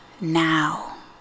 now